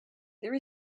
there